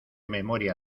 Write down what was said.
memoria